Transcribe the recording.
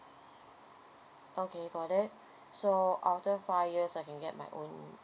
okay got it so after five years I can get my own